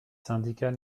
syndicats